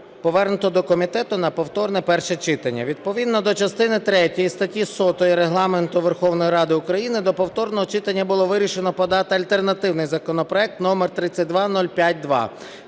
повернуто до комітету на повторне перше читання. Відповідно до частини третьої статті 100 Регламенту Верховної Ради України до повторного читання було вирішено подати альтернативний законопроект номер 3205-2.